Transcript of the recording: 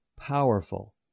powerful